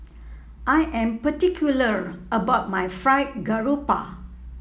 I am particular about my Fried Garoupa